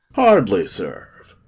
hardly serve.